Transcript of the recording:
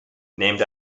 named